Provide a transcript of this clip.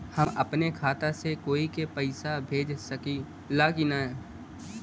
हम अपने खाता से कोई के पैसा भेज सकी ला की ना?